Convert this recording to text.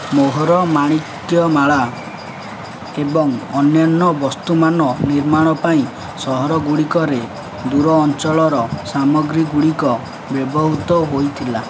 ମୋହର ମାଣିକ୍ୟ ମାଳା ଏବଂ ଅନ୍ୟାନ୍ୟ ବସ୍ତୁମାନ ନିର୍ମାଣ ପାଇଁ ସହର ଗୁଡ଼ିକରେ ଦୂର ଅଞ୍ଚଳର ସାମଗ୍ରୀଗୁଡ଼ିକ ବ୍ୟବହୃତ ହୋଇଥିଲା